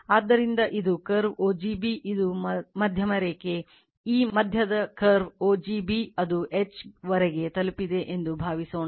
ಆದ್ದರಿಂದ ಇದು curve o g b ಇದು ಮಧ್ಯಮ ರೇಖೆ ಈ ಮಧ್ಯದ curve o g b ಅದು H ವರೆಗೆ ತಲುಪಿದೆ ಎಂದು ಭಾವಿಸೋಣ